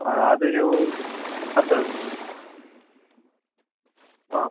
ആ അതൊരു പത്തു മതി ആ